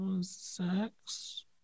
sex